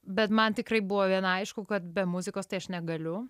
bet man tikrai buvo vien aišku kad be muzikos tai aš negaliu